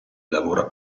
lavora